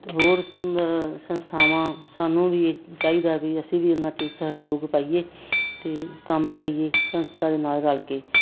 ਹੋਰ ਸੰਸਥਾਵਾਂ ਸਾਨੂੰ ਵੀ ਚਾਹੀਦਾ ਵੀ ਅਸੀਂ ਵੀ ਉਹਨਾਂ ਚ ਸਹਿਯੋਗ ਪਾਈਏ ਅਤੇ ਕੰਮ ਕਰੀਏ ਸੰਸਥਾ ਦੇ ਨਾਲ ਰਲ ਕੇ